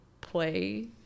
play